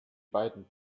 beiden